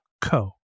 co